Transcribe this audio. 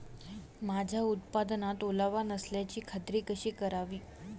माझ्या उत्पादनात ओलावा नसल्याची खात्री कशी करावी?